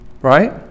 right